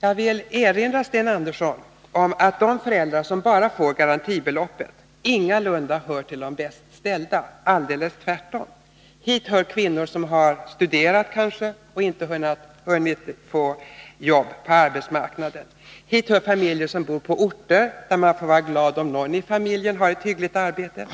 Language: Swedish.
Jag vill erinra Sten Andersson om att de föräldrar som bara får garantibeloppet ingalunda hör till de bäst ställda — tvärtom. Hit hör kvinnor som kanske har studerat och inte hunnit få jobb på arbetsmarknaden. Hit hör familjer som bor på orter där man får vara glad om någon i familjen har ett hyggligt arbete.